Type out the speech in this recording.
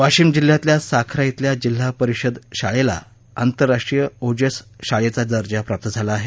वाशिम जिल्ह्यातल्या साखरा इथल्या जिल्हा परिषद शाळेला आंतरराष्ट्रीय ओजस शाळेचा दर्जा प्राप्त झाला आहे